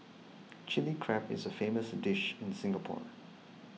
Chilli Crab is a famous dish in Singapore